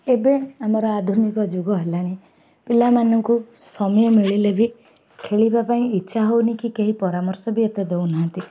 ଏବେ ଆମର ଆଧୁନିକ ଯୁଗ ହେଲାଣି ପିଲାମାନଙ୍କୁ ସମୟ ମିଳିଲେ ବି ଖେଳିବା ପାଇଁ ଇଚ୍ଛା ହଉନି କି କେହି ପରାମର୍ଶ ବି ଏତେ ଦେଉନାହାନ୍ତି